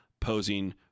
posing –